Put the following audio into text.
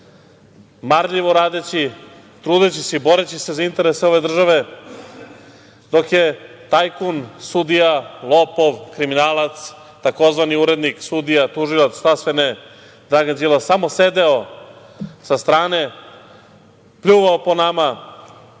marljivo radeći, trudeći se i boreći se za interese ove države dok je tajkun, sudija, lopov, kriminalac, tzv. urednik, sudija, tužilac, šta sve ne, Dragan Đilas, samo sedeo sa strane, pljuvao po nama,